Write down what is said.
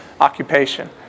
occupation